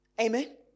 Amen